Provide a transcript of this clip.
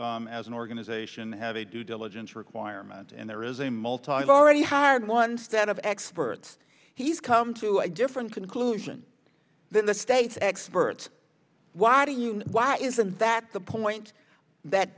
as an organization have a due diligence requirement and there is a multimeter already hired one instead of experts he's come to a different conclusion than the state's experts why do you know why isn't that the point that